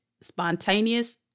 spontaneous